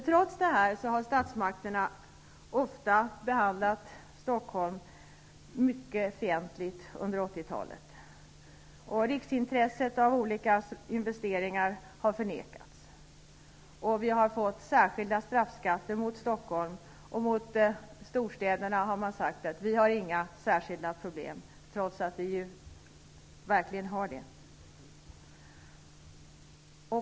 Trots detta har statsmakterna ofta behandlat Stockholm mycket fientligt under 80-talet. Riksintresset av olika investeringar har förnekats. Vi har fått särskilda straffskatter som riktar sig mot Stockholm. Man har sagt att storstäderna inte har några särskilda problem, trots att de verkligen har det.